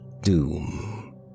doom